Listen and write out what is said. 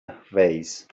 vase